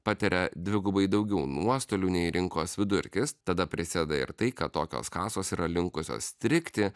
patiria dvigubai daugiau nuostolių nei rinkos vidurkis tada prisideda ir tai kad tokios kasos yra linkusios strigti